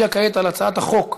חוק